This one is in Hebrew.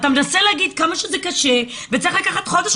אתה מנסה להגיד כמה שזה קשה וצריך לקחת לך חודש,